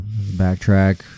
backtrack